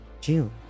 June